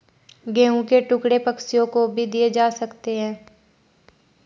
गेहूं के टुकड़े पक्षियों को भी दिए जा सकते हैं